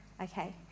Okay